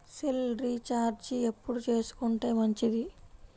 Cell recharge ఎప్పుడు చేసుకొంటే మంచిది?